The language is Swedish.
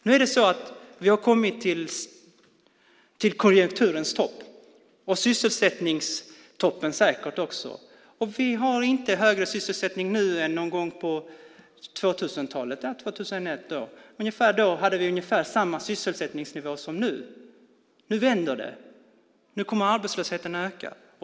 Nu är det så att vi har kommit till konjunkturens topp och säkert också till sysselsättningstoppen. Vi har inte högre sysselsättning nu än någon gång på 2000-talet, säg 2001. Då hade vi ungefär samma sysselsättningsnivå som nu. Nu vänder det. Nu kommer arbetslösheten att öka.